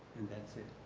and that is it.